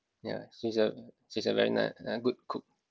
yeah she's a she's a very nice uh good cook